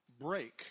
break